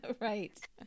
Right